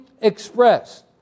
expressed